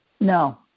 No